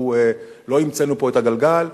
לא המצאנו פה את הגלגל.